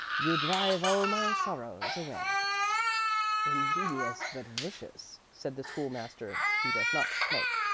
you drive all my sorrows away ingenious, but vicious, said the school-master, who does not smoke.